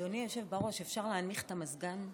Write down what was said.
אדוני היושב בראש, אפשר להנמיך את המזגן?